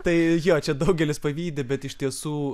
tai jo čia daugelis pavydi bet iš tiesų